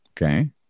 Okay